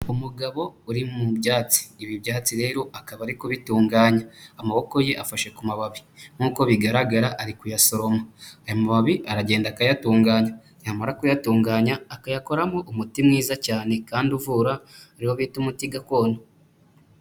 Umugabo uri mu byatsi, ibi byatsi rero akaba ari kubitunganya, amaboko ye afashe ku mababi nk'uko bigaragara ari kuyasoroma. Aya mababi aragenda akayatunganya, yamara kuyatunganya akayakoramo umuti mwiza cyane kandi uvura, ariwo bita umuti gakondo.